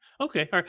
Okay